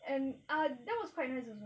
and uh that was quite nice also